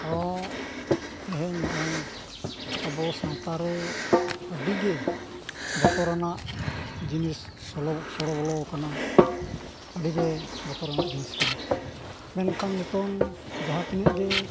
ᱦᱚᱸ ᱛᱮᱦᱮᱧ ᱱᱚᱜᱼᱚᱭ ᱟᱵᱚ ᱥᱟᱶᱛᱟᱨᱮ ᱟᱹᱰᱤᱜᱮ ᱵᱚᱛᱚᱨᱟᱱᱟᱜ ᱱᱤᱡᱤᱥ ᱥᱚᱲᱚ ᱵᱚᱞᱚ ᱟᱠᱟᱱᱟ ᱚᱸᱰᱮᱜᱮ ᱵᱛᱚᱨᱟᱱᱟᱜ ᱡᱤᱱᱤᱥ ᱠᱟᱱᱟ ᱢᱮᱱᱠᱷᱟᱱ ᱱᱤᱛᱳᱜ ᱡᱟᱦᱟᱸ ᱛᱤᱱᱟᱹᱜ ᱜᱮ